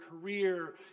career